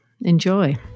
Enjoy